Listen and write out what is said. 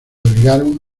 obligaron